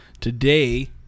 today